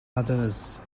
others